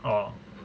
oh